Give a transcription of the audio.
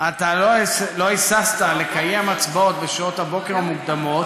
אתה לא היססת לקיים הצבעות בשעות הבוקר המוקדמות,